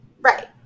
Right